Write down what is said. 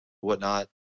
whatnot